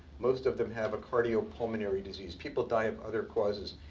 most of them have a cardiopulmonary disease. people die of other causes.